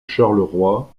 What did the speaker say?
charleroi